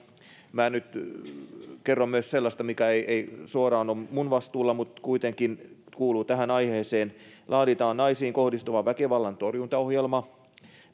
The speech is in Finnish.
minä nyt kerron myös sellaista mikä ei ei suoraan ole minun vastuullani mutta kuitenkin kuuluu tähän aiheeseen naisiin kohdistuvan väkivallan torjuntaohjelma